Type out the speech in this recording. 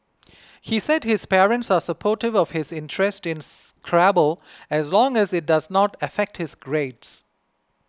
he said his parents are supportive of his interest in Scrabble as long as it does not affect his grades